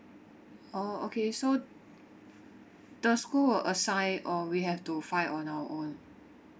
orh okay so the school will assign or we have to find on our own